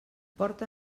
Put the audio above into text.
porta